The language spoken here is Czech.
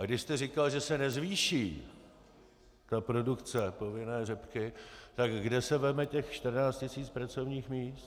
A když jste říkal, že se nezvýší produkce povinné řepky, tak kde se vezme těch 14 tisíc pracovních míst.